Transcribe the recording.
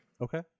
Okay